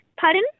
Pardon